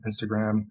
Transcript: Instagram